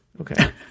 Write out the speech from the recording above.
Okay